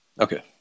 Okay